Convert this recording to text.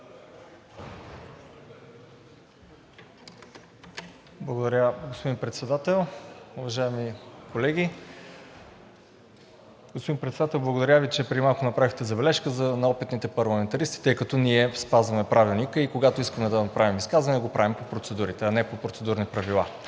Благодаря, господин Председател. Уважаеми колеги! Господин Председател, благодаря Ви, че преди малко направихте забележка за неопитните парламентаристи, тъй като ние спазваме Правилника и когато искаме да направим изказване, го правим по процедурите, а не по процедурни правила.